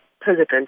president